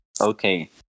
Okay